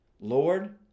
Lord